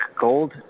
Gold